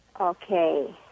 Okay